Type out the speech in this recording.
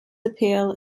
appeal